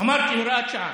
אמרתי הוראת שעה.